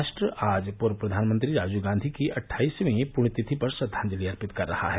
राष्ट्र आज पूर्व प्रधानमंत्री राजीव गांधी की अट्ठाईसवीं पुण्यतिथि पर श्रद्वांजलि अर्पित कर रहा है